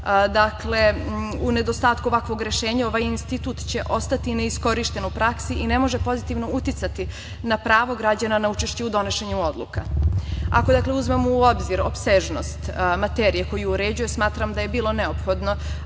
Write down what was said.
Dakle, u nedostatku ovakvog rešenja ovaj institut će ostati neiskorišten u praksi i ne može pozitivno uticati na pravo građana na učešće u donošenju odluka. Ako, dakle, uzmemo u obzir opsežnost materije koju uređuje smatram da je bilo neophodno